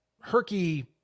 Herky –